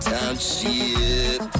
Township